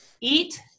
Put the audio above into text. Eat